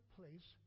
place